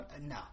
no